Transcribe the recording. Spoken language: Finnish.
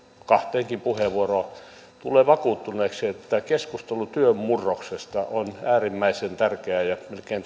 kahteenkin puheenvuoroon tulee vakuuttuneeksi että keskustelu työn murroksesta on äärimmäisen tärkeää melkein